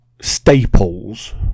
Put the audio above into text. staples